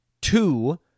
Two